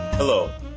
Hello